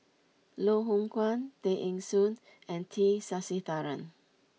Loh Hoong Kwan Tay Eng Soon and T Sasitharan